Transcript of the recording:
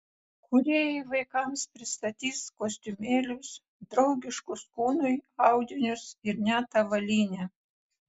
kūrėjai vaikams pristatys kostiumėlius draugiškus kūnui audinius ir net avalynę